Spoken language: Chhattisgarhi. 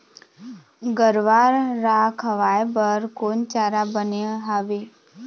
गरवा रा खवाए बर कोन चारा बने हावे?